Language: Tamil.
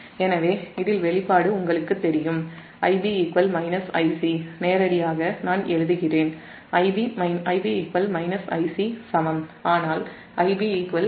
எனவே இதில் Ib Ic வெளிப்பாடு உங்களுக்குத் தெரியும் நேரடியாக நான் எழுதுகிறேன் Ib Ic சமம் ஆனால் Ib j√3Ia1